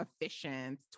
efficient